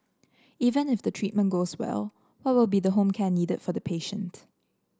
even if the treatment goes well what will be the home care needed for the patient